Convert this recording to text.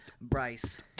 Bryce